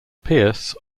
pierce